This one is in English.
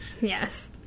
yes